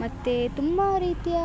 ಮತ್ತು ತುಂಬ ರೀತಿಯ